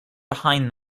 behind